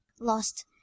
Lost